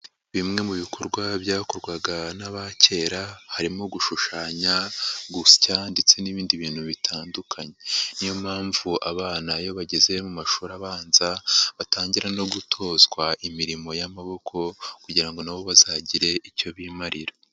Bimwe mu bikorwa byakorwaga n'aba kera harimo gushushanya, gusya ndetse n'ibindi bintu bitandukanye, ni yo mpamvu abana iyo bageze mu mashuri abanza batangira no gutozwa imirimo y'amaboko kugira ngo na bo bazagire icyo bimarira.